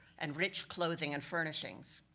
and rich clothing, and furnishings.